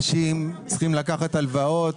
אנשים צריכים לקחת הלוואות